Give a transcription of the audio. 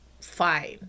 fine